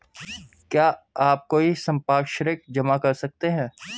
क्या आप कोई संपार्श्विक जमा कर सकते हैं?